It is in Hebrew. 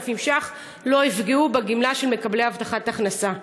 שקלים לא יפגעו בגמלה של מקבלי הבטחת הכנסה.